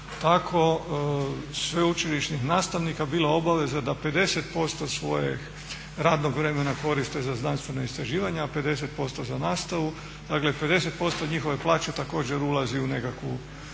tako sveučilišnih nastavnika bila obaveza da 50% svojeg radnog vremena koriste za znanstvena istraživanja, a 50% za nastavu. Dakle, 50% njihove plaće također ulazi u nekakva